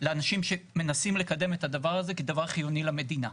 לאנשים שמנסים לקדם את הדבר הזה כדבר חיוני למדינה.